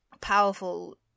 powerful